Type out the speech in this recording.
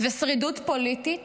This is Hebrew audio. ושרידות פוליטית